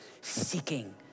seeking